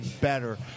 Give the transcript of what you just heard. better